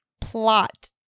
plot